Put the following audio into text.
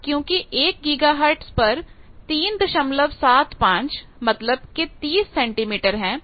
अब क्योंकि एक गीगाहर्ट पर 375 मतलब कि 30 सेंटीमीटर है